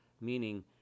meaning